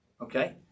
okay